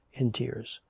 in tears.